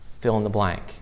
fill-in-the-blank